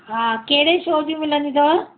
हा कहिड़े शो जी मिलंदियूं अथव